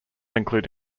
include